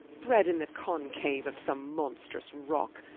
bred in the concave of some monstrous rock,